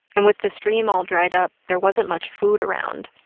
and with the stream all dried up, there wasn't much food around.